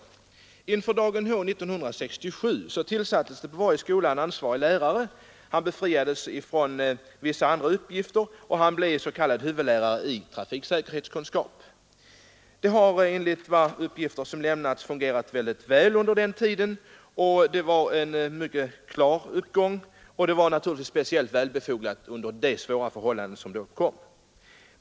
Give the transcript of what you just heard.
Inför dagen H år 1967 tillsattes på varje skola en ansvarig lärare. Han befriades från vissa andra uppgifter och blev s.k. huvudlärare i trafiksäkerhetskunskap. Det har enligt uppgifter som lämnats fungerat väl under den tiden. Uppgången var mycket klar, och satsningen var naturligtvis speciellt befogad under de svåra förhållanden som då rådde.